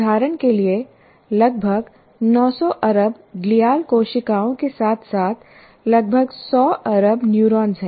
उदाहरण के लिए लगभग 900 अरब ग्लियाल कोशिकाओं के साथ साथ लगभग 100 अरब न्यूरॉन्स हैं